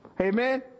Amen